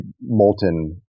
molten